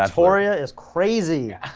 um victoria is crazy,